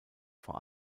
vor